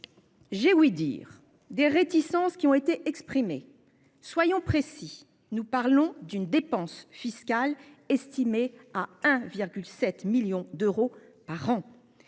vue budgétaire, des réticences ont été exprimées. Soyons précis : nous parlons d'une dépense fiscale estimée à 1,7 million d'euros par an,